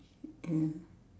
ya